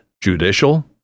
judicial